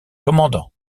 commandant